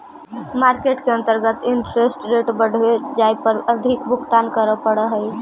market के अंतर्गत interest rate बढ़वे जाए पर अधिक भुगतान करे पड़ऽ हई